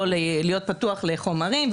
לא להיות פתוח לחומרים,